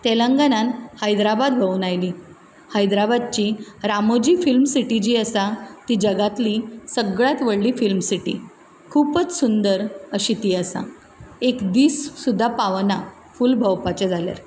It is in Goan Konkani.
तेलांगनान हैद्राबाद भोंवून आयलीं हैद्राबादची रामोजी फिल्म सिटी जी आसा ती जगांतली सगळ्यात व्हडली फिल्म सिटी खुपच सुंदर अशी ती आसा एक दीस सुद्दा पावाना फूल भोंवपाचें जाल्यार